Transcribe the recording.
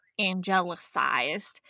angelicized